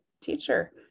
teacher